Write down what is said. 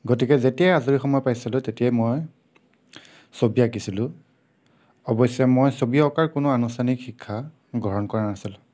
গতিকে যেতিয়াই আজৰি সময় পাইছিলোঁ তেতিয়াই মই ছবি আঁকিছিলো অৱশ্যে মই ছবি অঁকাৰ মই কোনো আনুষ্ঠানিক শিক্ষা গ্ৰহণ কৰা নাছিলোঁ